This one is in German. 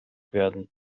werden